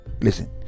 listen